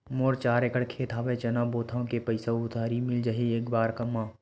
मोर चार एकड़ खेत हवे चना बोथव के पईसा उधारी मिल जाही एक बार मा?